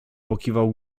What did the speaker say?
pokiwał